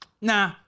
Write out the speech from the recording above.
nah